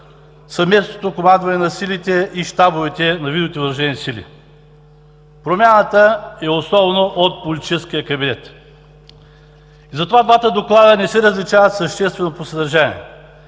съвместното командване на силите и щабовете на видовете въоръжени сили. Промяната е основно от политическия кабинет и затова двата доклада не се различават съществено по съдържание.